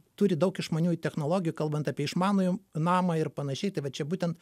turi daug išmaniųjų technologijų kalbant apie išmanų namą ir panašiai tai va čia būtent